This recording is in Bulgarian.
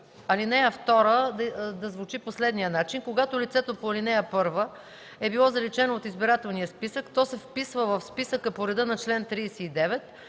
Алинея 2 да звучи по следния начин: „Когато лицето по ал. 1 е било заличено от избирателния списък, то се вписва в списъка по реда на чл. 39